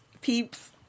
peeps